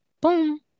boom